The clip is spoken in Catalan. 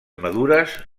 madures